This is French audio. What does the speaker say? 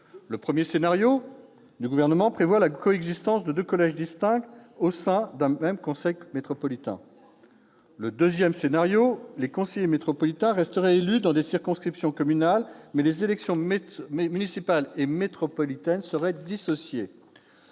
Le premier scénario prévoit la coexistence de deux collèges distincts au sein d'un même conseil métropolitain. Dans le deuxième scénario du Gouvernement, les conseillers métropolitains resteraient élus dans des circonscriptions communales, mais les élections municipales et métropolitaines seraient dissociées.